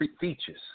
features